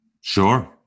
Sure